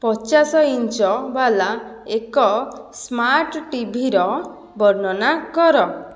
ପଚାଶ ଇଞ୍ଚ ବାଲା ଏକ ସ୍ମାର୍ଟ ଟିଭିର ବର୍ଣ୍ଣନା କର